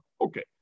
Okay